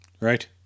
Right